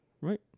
Right